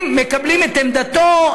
אם מקבלים את עמדתו,